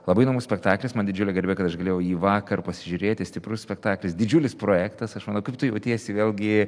labai įdomus spektaklis man didžiulė garbė kad aš galėjau jį vakar pasižiūrėti stiprus spektaklis didžiulis projektas aš manau kaip tu jautiesi vėlgi